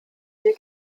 hier